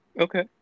Okay